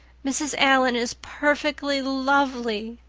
mrs. allan is perfectly lovely,